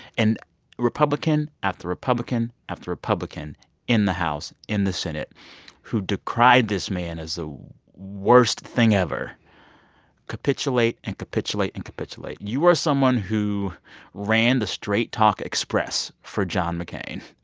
and republican after republican after republican in the house, in the senate who decried this man as the worst thing ever capitulate and capitulate and capitulate. you are someone who ran the straight talk express for john mccain.